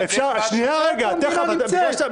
השוני הוא איפה המדינה נמצאת.